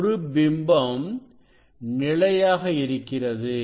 ஒரு பிம்பம் நிலையாக இருக்கிறது